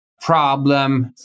problem